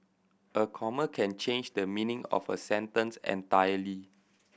a comma can change the meaning of a sentence entirely